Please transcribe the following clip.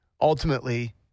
ultimately